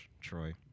Troy